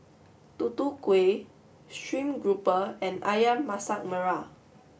Tutu Kueh Stream Grouper and Ayam Masak Merah